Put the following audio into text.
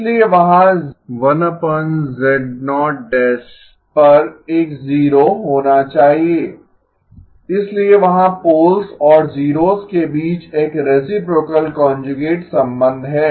इसलिए वहाँ पर एक जीरो होना चाहिए इसलिए वहाँ पोल्स और जीरोस के बीच एक रेसिप्रोकल कांजुगेट संबंध है